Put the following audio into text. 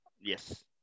yes